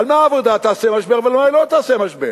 על מה העבודה תעשה משבר ועל מה היא לא תעשה משבר